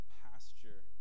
pasture